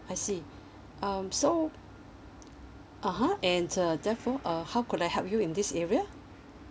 I see um so (uh huh) and uh therefore uh how could I help you in this area